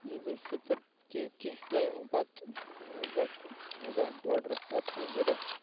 عیدالفطر کہِ کینٛہہ ٹایِمہٕ پَتہٕ لگ بگ رٮ۪تھ ڈۄڑ رٮ۪تھ پَتہٕ زٕ رٮ۪تھ